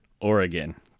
Oregon